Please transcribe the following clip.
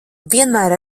vienmēr